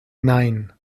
nein